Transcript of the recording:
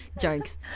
jokes